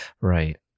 Right